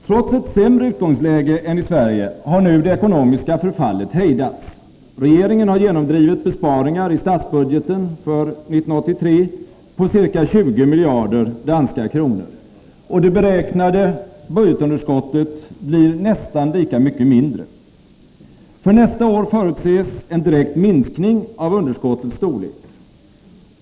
Trots ett sämre utgångsläge än i Sverige har nu det ekonomiska förfallet i Danmark hejdats. Regeringen har genomdrivit besparingar i statsbudgeten för 1983 på ca 20 miljarder danska kronor. Det beräknade budgetunderskottet blir nästan lika mycket mindre. För nästa år förutses en direkt minskning av underskottets storlek.